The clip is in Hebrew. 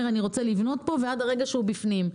שהוא רוצה לבנות פה ועד הרגע שהוא בפנים.